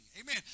Amen